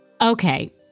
Okay